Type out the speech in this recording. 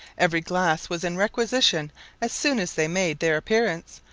every glass was in requisition as soon as they made their appearance,